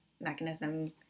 mechanism